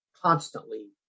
constantly